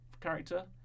character